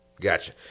gotcha